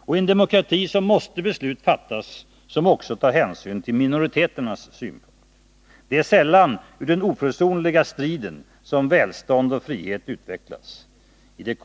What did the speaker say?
Och i en demokrati måste beslut fattas som också tar hänsyn till minoriteternas synpunkter. Det är sällan ur den oförsonliga striden som välstånd och frihet utvecklas. I det